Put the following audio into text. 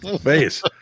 face